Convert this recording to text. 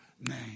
name